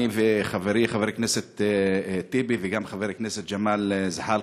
אני וחברי חבר הכנסת טיבי וגם חבר הכנסת ג'מאל זחאלקה,